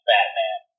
Batman